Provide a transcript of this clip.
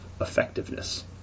effectiveness